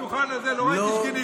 מהדוכן הזה לא ראיתי שגינית.